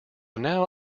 now